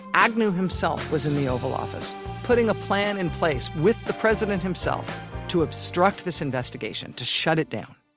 agnew himself was in the oval office putting a plan in place with the president himself to obstruct this investigation, to shut it down.